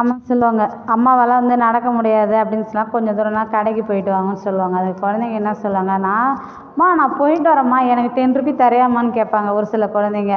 அம்மா சொல்லுவாங்க அம்மாவால் வந்து நடக்க முடியாது அப்படின் சொன்னால் கொஞ்சம் தூரம்னா கடைக்கு போயிட்டு வாங்கன்னு சொல்லுவாங்க அதுக்கு குழந்தைங்க என்ன சொல்லுவாங்கனா அம்மா நான் போயிட்டு வரேம்மா எனக்கு டென் ரூபி தரியாமானு கேட்பாங்க ஒரு சில குழந்தைங்க